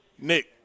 Nick